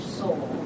soul